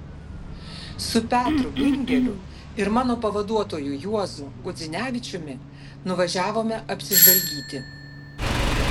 su petru bingeliu ir mano pavaduotoju juozu gudzinevičiumi nuvažiavome apsižvalgyti